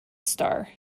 star